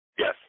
Yes